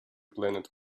planet